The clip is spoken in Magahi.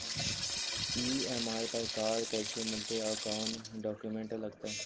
ई.एम.आई पर कार कैसे मिलतै औ कोन डाउकमेंट लगतै?